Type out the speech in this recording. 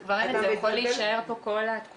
הוא יכול להישאר כאן כל התקופה.